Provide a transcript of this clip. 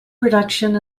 production